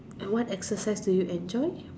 to what exercise do you joy